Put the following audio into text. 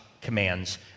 commands